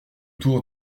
tour